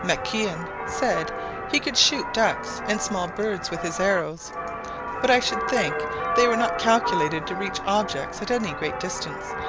maquin said he could shoot ducks and small birds with his arrows but i should think they were not calculated to reach objects at any great distance,